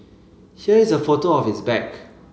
here is a photo of his bag